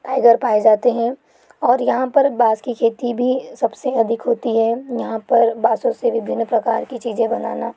tiger पाए जाते हैं और यहाँ पर बांस की खेती भी सबसे अधिक होती है यहाँ पर बाँसों से विभिन्न प्रकार की चीज़ें बनाना